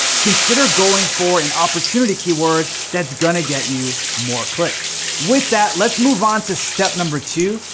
consider going for an opportunity keyword that's gonna get you more clicks. with that, let's move on to step number two.